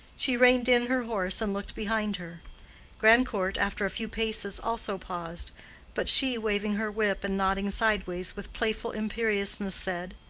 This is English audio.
she reined in her horse and looked behind her grandcourt after a few paces, also paused but she, waving her whip and nodding sideways with playful imperiousness, said,